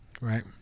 right